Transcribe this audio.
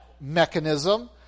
mechanism